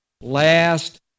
last